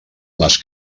les